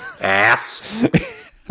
Ass